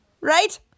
Right